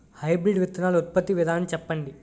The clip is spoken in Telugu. హైబ్రిడ్ విత్తనాలు ఉత్పత్తి విధానం చెప్పండి?